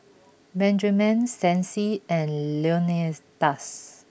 Benjamen Stacy and Leonidas